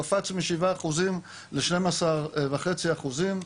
קפץ מ-7% ל12.5% אחוזים,